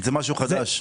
זה משהו חדש.